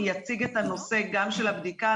יציג את הנושא גם של הבדיקה,